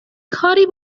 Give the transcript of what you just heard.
کاری